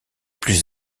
plus